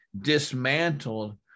dismantled